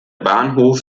bahnhof